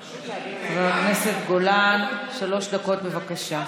חבר הכנסת גולן, שלוש דקות, בבקשה.